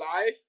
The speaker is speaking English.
life